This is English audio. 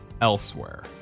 elsewhere